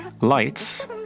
Lights